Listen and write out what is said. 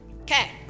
Okay